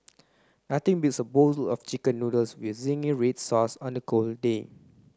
nothing beats a bowls of chicken noodles with zingy red sauce on a cold day